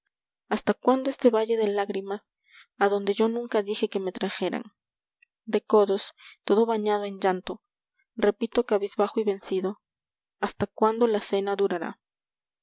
hasta cuándo este valle de lágrimas a donde yo nunca dije que me trajeran de codos todo bañado en llanto repito cabizbajo y vencido hasta cuándo la cena durará